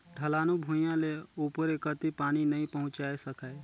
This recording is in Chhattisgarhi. ढलानू भुइयां ले उपरे कति पानी नइ पहुचाये सकाय